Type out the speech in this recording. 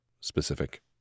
specific